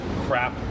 crap